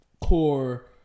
core